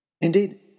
Indeed